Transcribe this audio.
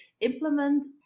implement